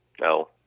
No